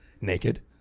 Naked